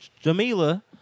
Jamila